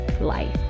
life